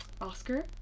Oscar